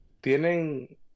¿Tienen